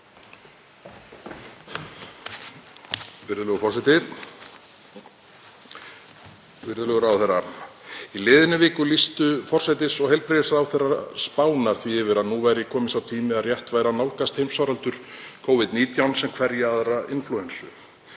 Virðulegur ráðherra. Í liðinni viku lýstu forsætis- og heilbrigðisráðherrar Spánar því yfir að nú væri kominn sá tími að rétt væri að nálgast heimsfaraldur Covid-19 sem hverja aðra inflúensu.